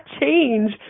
change